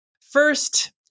First